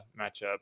matchup